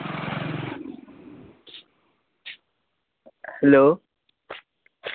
hello